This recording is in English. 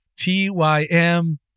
T-Y-M